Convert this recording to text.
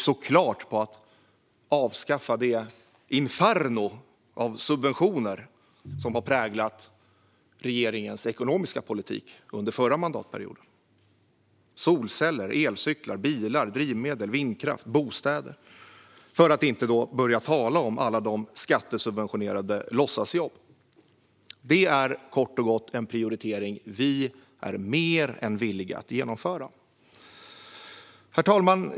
Såklart vill vi också avskaffa det inferno av subventioner som har präglat regeringens ekonomiska politik: solceller, elcyklar, bilar, drivmedel, vindkraft och bostäder, för att inte tala om alla skattesubventionerade låtsasjobb. Detta är kort och gott en prioritering vi är mer än villiga att genomföra. Herr talman!